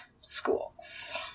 schools